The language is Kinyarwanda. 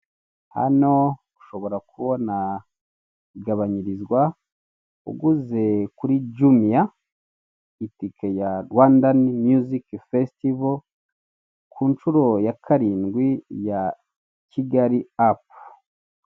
Hano ushobora kubona igabanyirizwa uguze kuri juniya itike ya rwanda myusike fesitivo ku nshuro ya karindwi ya kigali apu.